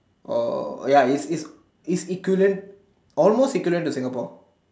or ya it's it's it's equivalent almost equivalent to Singapore